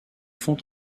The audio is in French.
font